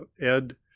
Ed